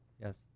Yes